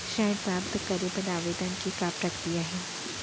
ऋण प्राप्त करे बर आवेदन के का प्रक्रिया हे?